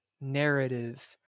narrative